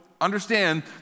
understand